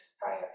prior